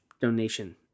donation